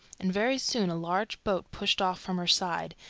and very soon a large boat pushed off from her side,